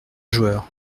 joueur